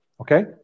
Okay